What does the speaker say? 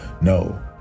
No